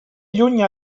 lluny